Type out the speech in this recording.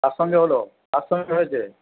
কার সঙ্গে হল কার সঙ্গে হয়েছে